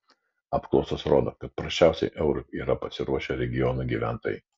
apklausos rodo kad prasčiausiai eurui yra pasiruošę regionų gyventojai